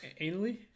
anally